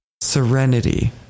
serenity